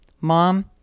Mom